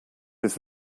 ist